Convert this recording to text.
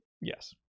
yes